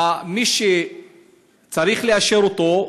מי שצריך לאשר אותו,